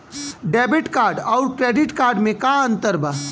Debit card आउर credit card मे का अंतर बा?